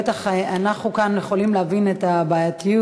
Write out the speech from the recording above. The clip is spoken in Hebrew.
בטח אנחנו כאן יכולים להבין את הבעייתיות,